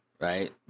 right